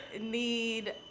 need